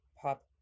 pop